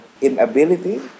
inability